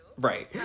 Right